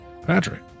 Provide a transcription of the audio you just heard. Patrick